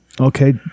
Okay